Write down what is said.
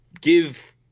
give